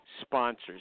sponsors